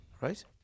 Right